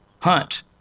Hunt